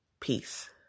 Peace